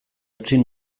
utzi